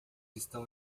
estão